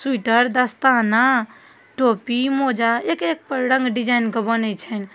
sweater दस्ताना टोपी मौजा एक एकपर रङ्ग डिजाइनके बनै छै